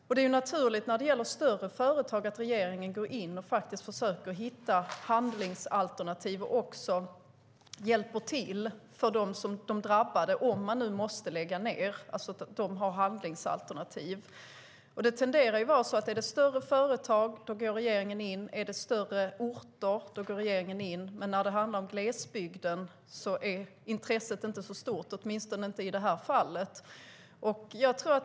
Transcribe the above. När det gäller större företag är det naturligt att regeringen går in och försöker hitta handlingsalternativ och hjälper de drabbade om företaget måste lägga ned. Det tenderar att vara så att regeringen går in om det är större företag och orter, men för glesbygden är intresset inte så stort - åtminstone inte i detta fall.